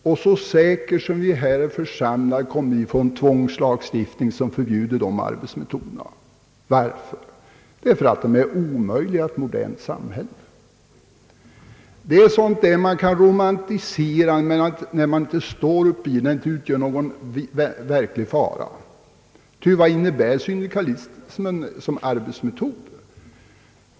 Lika säkert som att vi är församlade här kommer vi då att få en tvångslagstiftning som förbjuder sådana arbetsmetoder. Varför? Jo, därför att syndikalismens metoder är omöjliga i ett modernt samhälle. Syndikalismen är en företeelse som man kan romantisera om när den inte utgör någon verklig fara. Ty vad innebär syndikalismen som arbetsmetod?